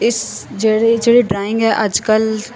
ਇਸ ਜਿਹੜੇ ਜਿਹੜੀ ਡਰਾਇੰਗ ਹੈ ਅੱਜ ਕੱਲ੍ਹ